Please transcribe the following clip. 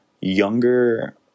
younger